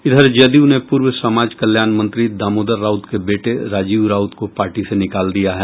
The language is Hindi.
इधर जदयू ने पूर्व समाज कल्याण मंत्री दामोदर राउत के बेटे राजीव राउत को पार्टी से निकाल दिया है